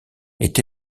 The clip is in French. est